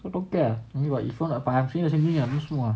so don't care ah talking about if I'm saying same thing don't smoke ah